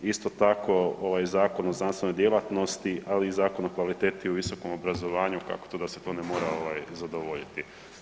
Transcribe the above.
Isto tako, ovaj Zakon o znanstvenoj djelatnosti, ali i Zakon o kvalitetu u visokom obrazovanju kako to da se to ne mora zadovoljiti?